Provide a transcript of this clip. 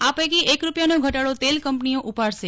આ પૈકી એક રૂપિયાનો ઘટાડો તેલ કંપનીઓ ઉપાડશે